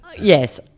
yes